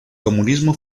comunismo